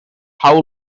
how